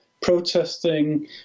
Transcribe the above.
protesting